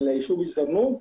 ליישוב אל-זרנוג.